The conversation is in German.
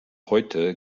heute